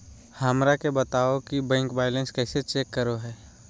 हमरा के बताओ कि बैंक बैलेंस कैसे चेक करो है?